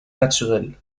naturelle